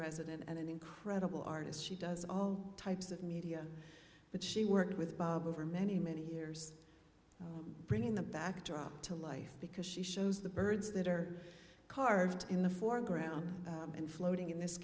resident and an incredible artist she does all types of media but she worked with bob over many many years bringing the backdrop to life because she shows the birds that are carved in the foreground and floating in this